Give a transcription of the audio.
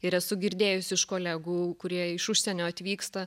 ir esu girdėjusi iš kolegų kurie iš užsienio atvyksta